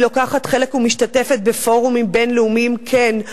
אני לוקחת חלק ומשתתפת בפורומים בין-לאומיים, כן,